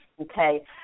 Okay